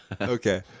Okay